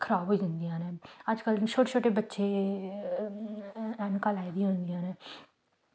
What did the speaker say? खराब होई जंदियां न अज्जकल छोटे छोटे बच्चे ऐनकां लाई दियां होंदियां न